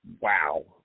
wow